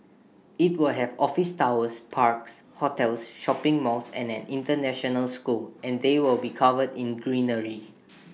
IT will have office towers parks hotels shopping malls and an International school and they will be covered in greenery